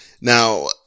Now